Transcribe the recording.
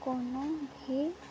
कोनो भी